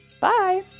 Bye